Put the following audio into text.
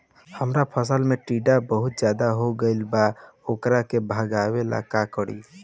हमरा फसल में टिड्डा बहुत ज्यादा हो गइल बा वोकरा के भागावेला का करी?